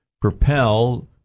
propel